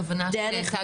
הכוונה שלי הייתה,